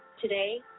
Today